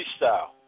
freestyle